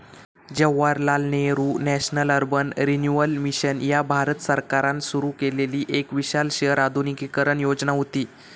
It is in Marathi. Jawaharlal Nehru national urban renewal mission ह्या भारत सरकारान सुरू केलेली एक विशाल शहर आधुनिकीकरण योजना व्हती